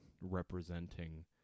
representing